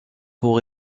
pour